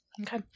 Okay